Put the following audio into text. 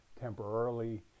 temporarily